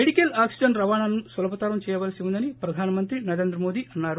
medical oxygen రవాణాను సులభతరం చేయవలసి ఉందని ప్రధాన మంత్రి నరేంద్ర మోడీ అన్నారు